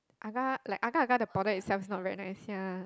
agar like agar-agar the powder itself is not very nice ya